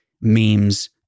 memes